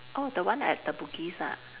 orh the one at the Bugis ah